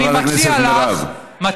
חברת הכנסת מירב בן ארי,